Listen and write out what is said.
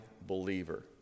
believer